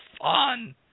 fun